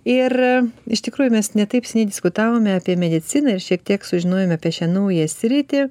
ir iš tikrųjų mes ne taip seniai diskutavome apie mediciną ir šiek tiek sužinojome apie šią naują sritį